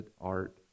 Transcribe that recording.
art